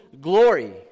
glory